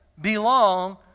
belong